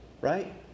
right